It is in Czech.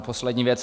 Poslední věc.